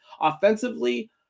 offensively